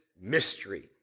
mystery